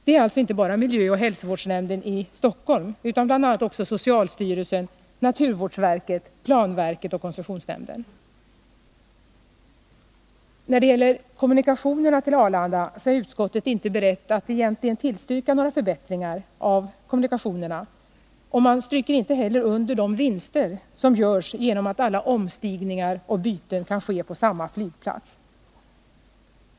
Det är alltså inte bara miljöoch hälsovårdsnämnden i Stockholm som tycker det utan bl.a. också socialstyrelsen, naturvårdsverket, planverket och koncessionsnämnden. Utskottet är inte berett att egentligen tillstyrka några förbättringar av Nr 53 kommunikationerna till Arlanda. Man stryker inte heller under de vinster som görs genom att alla omstigningar och byten kan ske på samma flygplats.